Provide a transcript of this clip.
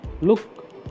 look